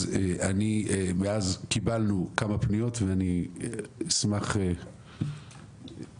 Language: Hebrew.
מאז קיבלנו כמה פניות, ואני אשמח שתציגו